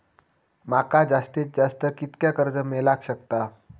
माका जास्तीत जास्त कितक्या कर्ज मेलाक शकता?